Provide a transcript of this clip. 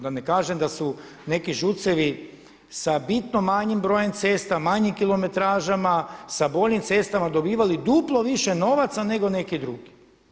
Da ne kažem da su neki ŽUC-evi sa bitno manjim brojem cesta, manjim kilometražama, sa boljim cestama dobivali duplo više novaca nego neki drugi.